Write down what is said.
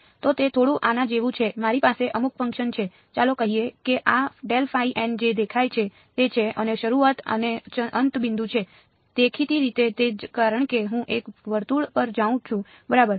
તો તે થોડું આના જેવું છે મારી પાસે અમુક ફંક્શન છે ચાલો કહીએ કે આ જે દેખાય છે તે છે અને શરૂઆત અને અંત બિંદુ છે દેખીતી રીતે તે જ કારણ કે હું એક વર્તુળ પર જાઉં છું બરાબર